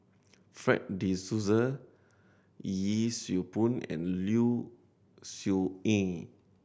Fred De Souza Yee Siew Pun and Low Siew Nghee